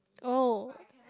oh